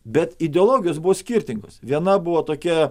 bet ideologijos buvo skirtingos viena buvo tokia